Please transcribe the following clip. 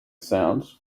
sound